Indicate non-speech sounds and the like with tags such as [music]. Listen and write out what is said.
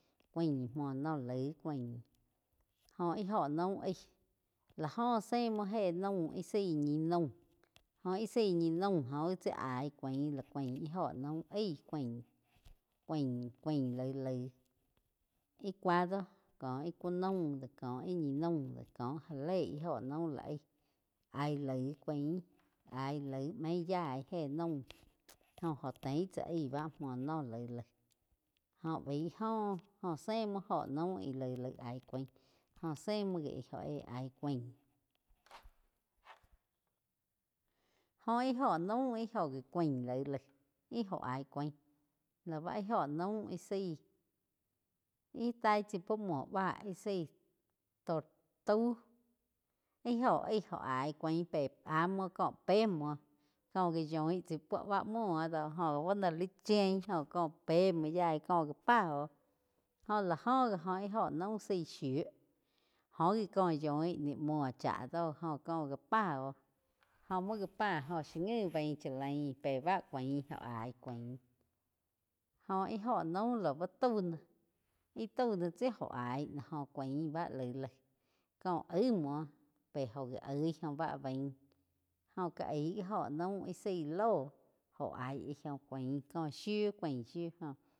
Cuain múo noh laig cuain jóh íh óho naum aíg lág go zé múo éh naum íh zaí ñi naum jóh íh zaí ñi naum jóh gi tsi ái cuain la cuain óh óho naum ái kuaín, kuain, kuain laig, laig íh cúa do có íh ku aum dó kóh íh ñi naum do kóh já éi íh óho naum lá aíg aíh laig kuain aíh laig méin yaí héh naum jo-jo óh tein tzá aí bá múo noh laig, laig, óh báin óh jó sé múo óho naum íh lai aíh cuaín jó zé múo gi íh óh éh aí cúain [noise] óh íh óho naúm íh óh gi cúain laig, laig íh óh áih cúain la bá íh óh naum íh zaí íh taí chaí púo muo báh zaí tortau íh óho aig óh aí cuain pe áh múo ko pé múo ko gá yóin chái puo bá múo do jo buo no li chien có pe muo yaí có ja pá óh. Oh lá oh gi óh íh óho naum zaí shiu jho gi có yoin ni múo cháh doh joh có já pa óh, jo muo já pa óh shi ngi baín chá lain pé báh cuáin óh aíj cúain óh íh óho naum lau taú noh íh tau noh tsi óh aíg joh caín bá laig, laig có aig múo pe óh gi oig óh bá bain jóa cá aig gi óho naum íh zaí lóh óh aí aíg óh cúain có shiu cuain shiu óh.